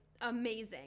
amazing